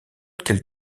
qu’elle